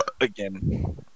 again